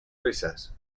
risas